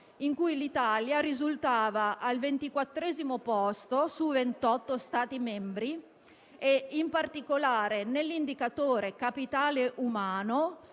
in cui l'Italia risultava al ventiquattresimo posto su 28 Stati membri. In particolare, nell'indicatore capitale umano,